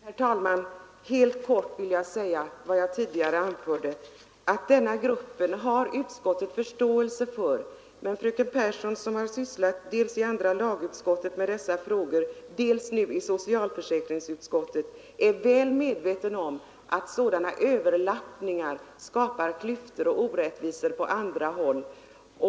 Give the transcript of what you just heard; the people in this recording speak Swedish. Herr talman! Jag vill helt kort påpeka vad jag tidigare anförde, nämligen att utskottet har förståelse för denna grupp. Men fröken Pehrsson —'som har sysslat med dessa frågor dels i andra lagutskottet, dels i socialförsäkringsutskottet — är nog medveten om att sådana överlappningar i lagstiftningen som hon talar om skapar klyftor och orättvisor på andra håll.